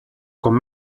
com